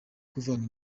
kuvanga